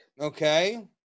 Okay